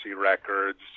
records